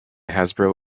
hasbro